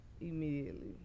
immediately